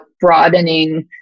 broadening